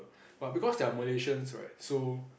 but because they are Malaysians right so